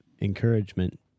encouragement